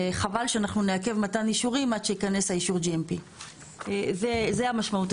וחבל שאנחנו נעכב מתן אישורים עד שייכנס אישור GMP. זו המשמעות,